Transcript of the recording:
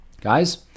Guys